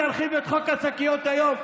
להרחיב את חוק השקיות היום,